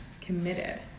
committed